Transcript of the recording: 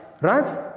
right